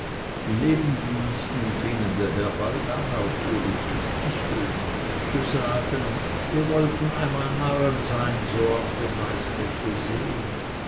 die nebendiensten fingen daher bald an auf uli zu sticheln zu sagen sie wollten einmal narren sein so auf den meister zu sehen